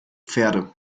pferde